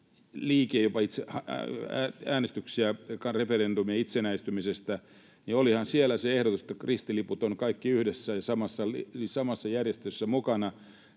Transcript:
liike, jopa äänestyksiä, referendumeja, itsenäistymisestä, siellä oli se ehdotus, että ristiliput ovat kaikki yhdessä ja samassa järjestössä mukana,